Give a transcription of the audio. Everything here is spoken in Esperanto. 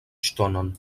ŝtonon